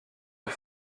est